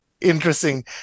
interesting